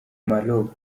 maroc